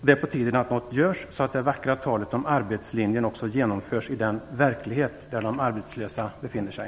Det är på tiden att något görs så att det vackra talet om arbetslinjen också genomförs i den verklighet där de arbetslösa befinner sig.